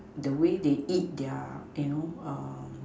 the way they eat their you know